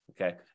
Okay